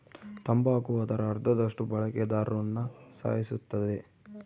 ತಂಬಾಕು ಅದರ ಅರ್ಧದಷ್ಟು ಬಳಕೆದಾರ್ರುನ ಸಾಯಿಸುತ್ತದೆ